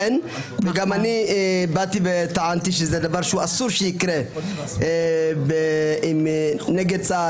גם אני טענתי שזה דבר שאסור שיקרה נגד קצין